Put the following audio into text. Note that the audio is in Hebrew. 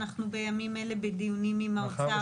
אנחנו בימים אלה בדיונים עם האוצר.